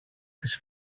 τις